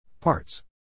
Parts